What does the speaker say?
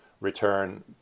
return